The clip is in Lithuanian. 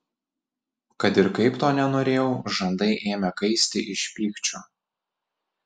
kad ir kaip to nenorėjau žandai ėmė kaisti iš pykčio